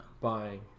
buying